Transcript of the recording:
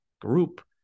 group